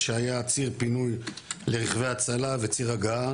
שהיה ציר פינוי לרכבי הצלה וציר הגעה,